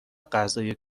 غذای